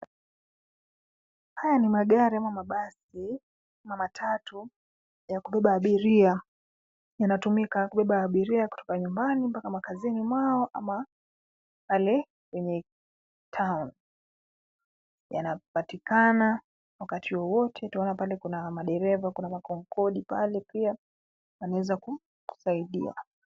Haya ni magari ama mabasi na matatu yakubeba abiria. Yanatumika kubeba abiria kutoka nyumbani mpaka makazini mao ama pale kwenye town . Yanapatikana wakati wowote, twaona pale kuna madereva, kuna makonkodi pale pia wanaweza kukusaidia.